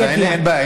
לי אין בעיה.